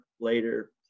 later